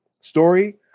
story